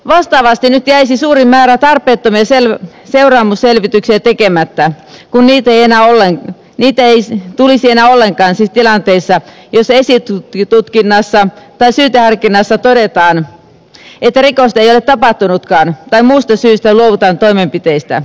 vastaavasti nyt jäisi suuri määrä tarpeettomia seuraamusselvityksiä tekemättä kun niitä ei tulisi enää ollenkaan siis tilanteissa joissa esitutkinnassa tai syyteharkinnassa todetaan että rikosta ei ole tapahtunutkaan tai muusta syystä luovutaan toimenpiteistä